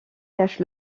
cache